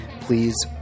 Please